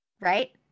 Right